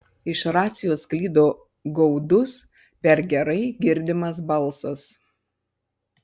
iš racijos sklido gaudus per gerai girdimas balsas